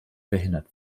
behindert